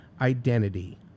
identity